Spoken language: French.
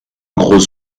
gros